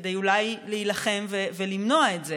כדי להילחם ואולי למנוע את זה.